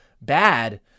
bad